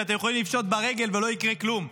שאתם יכולים לפשוט בה רגל ולא יקרה כלום,